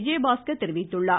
விஜயபாஸ்கர் தெரிவித்துள்ளார்